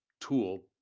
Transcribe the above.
tool